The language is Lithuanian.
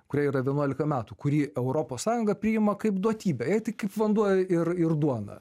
kuriai yra vienuolika metų kuri europos sąjungą priima kaip duotybę jai tai kaip vanduo ir ir duona